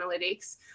Analytics